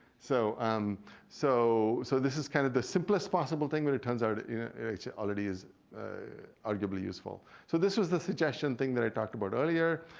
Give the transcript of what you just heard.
so um so so this is kind of the simplest possible thing, but it turns out it already is arguably useful. so this was the suggestion thing that i talked about earlier.